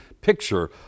picture